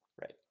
Right